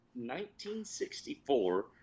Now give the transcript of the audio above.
1964